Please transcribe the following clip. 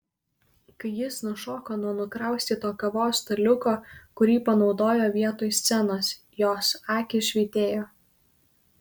kai jis nušoko nuo nukraustyto kavos staliuko kurį panaudojo vietoj scenos jos akys švytėjo